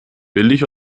billig